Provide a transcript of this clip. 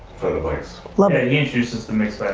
love it. he introduces the mix